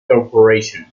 corporation